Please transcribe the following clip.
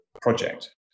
project